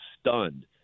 stunned